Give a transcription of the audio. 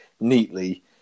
neatly